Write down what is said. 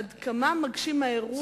עד כמה מגשים האירוע,